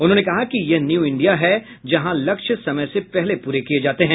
उन्होंने कहा कि यह न्यू इंडिया है जहां लक्ष्य समय से पहले पूरे किए जाते हैं